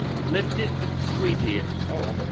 lift it, squeegee it. oh